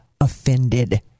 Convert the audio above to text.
offended